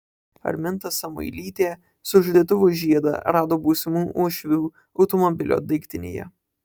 arminta samuilytė sužadėtuvių žiedą rado būsimų uošvių automobilio daiktinėje